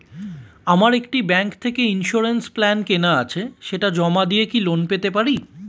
আমার একটি ব্যাংক থেকে ইন্সুরেন্স প্ল্যান কেনা আছে সেটা জমা দিয়ে কি লোন পেতে পারি?